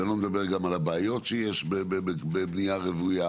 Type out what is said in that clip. אני לא מדבר על הבעיות שיש בבנייה רוויה,